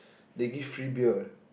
they give free beer